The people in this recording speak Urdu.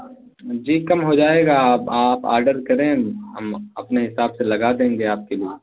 جی کم ہو جائے گا آپ آپ آڈر کریں ہم اپنے حساب سے لگا دیں گے آپ کے لیے